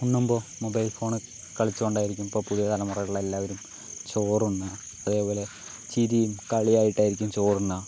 ഉണ്ണുമ്പോൾ mobile phone കളിച്ചോണ്ടായിരിക്കും ഇപ്പോൾ പുതിയ തലമുറകളെല്ലാവരും ചോറുണ്ണുക അതേപോലെ ചിരിയും കളിയായിട്ടായിരിക്കും ചോറുണ്ണുക